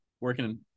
working